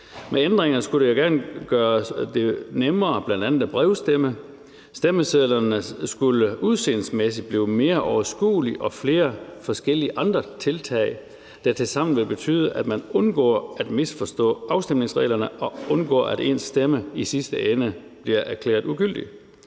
Med ændringerne skulle det gerne gøres nemmere bl.a. at brevstemme. Stemmesedlerne skulle udseendemæssigt blive mere overskuelige, og så er der flere forskellige andre tiltag, der tilsammen vil betyde, at man undgår at misforstå afstemningsreglerne og undgår, at ens stemme i sidste ende bliver erklæret ugyldig.